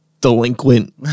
delinquent